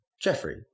Jeffrey